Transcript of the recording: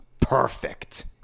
perfect